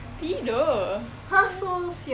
tidur